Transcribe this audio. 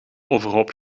overhoop